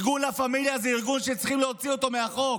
ארגון לה פמליה זה ארגון שצריכים להוציא אותו מהחוק.